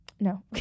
No